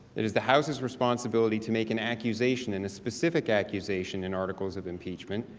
it is the house's responsibility to make an accusation and a specific accusation and articles of impeachment.